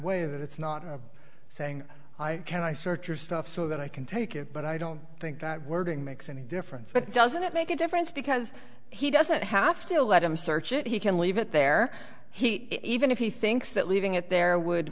way that it's not saying i can i search your stuff so that i can take it but i don't think that wording makes any difference but it doesn't make a difference because he doesn't have to let him search it he can leave it there he even if he thinks that leaving it there would